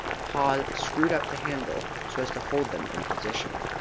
haw screwed up the handle so as to hold them in position.